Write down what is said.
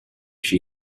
she